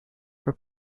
for